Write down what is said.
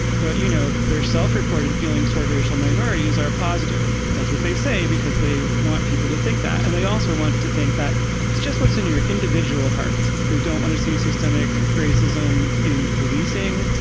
but, you know, they're self-reported. feelings toward racial minorities are positive. that's what they say, because they want people to think that. and they also want to think that it's just what's in your individual heart. they don't want to see systemic racism in policing.